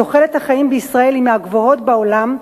תוחלת החיים בישראל היא מהגבוהות בעולם,